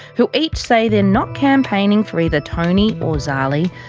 who each say they're not campaigning for either tony or zali,